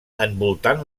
envoltant